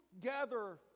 gather